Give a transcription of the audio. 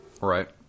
Right